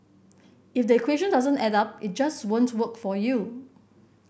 if the equation doesn't add up it just won't work for you